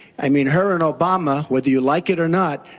i mean her and obama whether you like it or not,